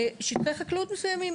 שטחי חקלאות מסוימים.